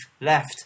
left